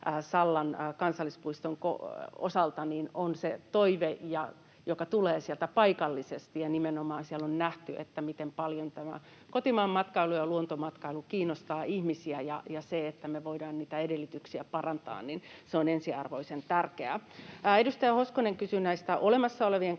Sallan kansallispuiston osalta, se toive tulee sieltä paikallisesti. Nimenomaan siellä on nähty, miten paljon kotimaanmatkailu ja luontomatkailu kiinnostavat ihmisiä, ja se, että me voidaan niitä edellytyksiä parantaa, on ensiarvoisen tärkeää. Edustaja Hoskonen kysyi olemassa olevien kansallispuistojen